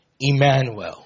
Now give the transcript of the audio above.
Emmanuel